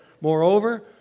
Moreover